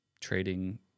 trading